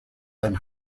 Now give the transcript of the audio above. than